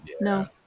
No